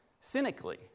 cynically